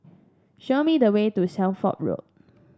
show me the way to Shelford Road